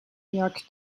york